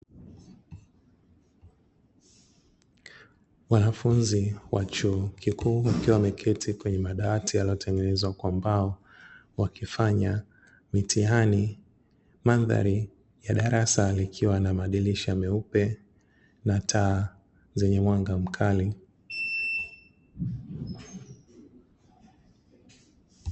Wanafunzi wa chuo kikuu wakiwa wameketi kwenye madawati yaliyo tengenezwa kwa mbao wakifanya mitihani, mandhari ya darasa likiwa na madirisha meupe na taa zenye mwanga mkali.